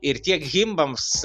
ir tiek himbams